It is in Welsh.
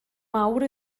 mawr